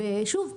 שוב,